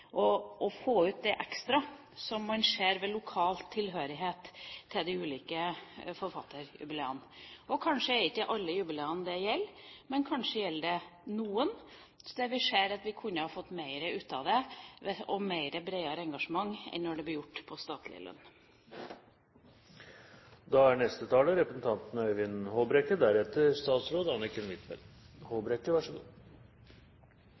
klart å få ut det ekstra som man ser ved lokal tilhørighet til de ulike forfatterjubileene. Kanskje er det ikke alle jubileene det gjelder, men kanskje gjelder det noen der vi kunne fått mer ut av det og et bredere engasjement enn når det blir gjort på statlig nivå. Jeg skal ikke prøve å konkurrere, verken med representanten